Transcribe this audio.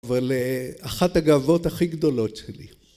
אבל אה... אחת הגאוות הכי גדולות שלי.